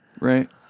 Right